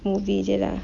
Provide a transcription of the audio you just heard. movie jer lah